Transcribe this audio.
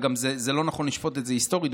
וזה גם לא נכון לשפוט את זה היסטורית,